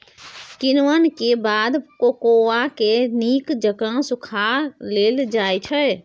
किण्वन के बाद कोकोआ के नीक जकां सुखा लेल जाइ छइ